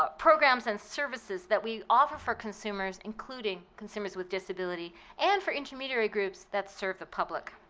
ah programs and services that we offer for consumers including consumers with disability and for intermediary groups that serve the public.